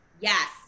Yes